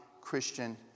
Christian